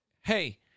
Hey